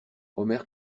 omer